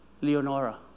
Leonora